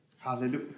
hallelujah